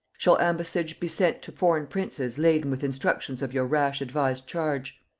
shall ambassage be sent to foreign princes laden with instructions of your rash-advised charge.